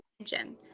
attention